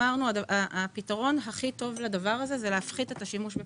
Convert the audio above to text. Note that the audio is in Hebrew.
אמרנו שהפתרון הכי טוב לדבר הזה הוא להפחית את השימוש בפחם.